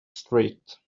street